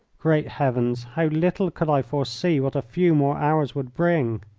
great heavens, how little could i foresee what a few more hours would bring!